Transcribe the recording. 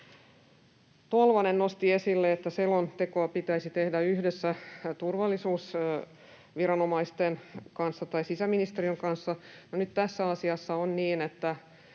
Tolvanen nosti esille, että selontekoa pitäisi tehdä yhdessä turvallisuusviranomaisten kanssa tai sisäministeriön kanssa. No nyt tässä asiassa on niin,